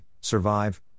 survive